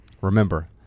Remember